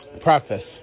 preface